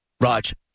Raj